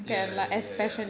ya ya ya ya